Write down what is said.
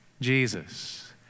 jesus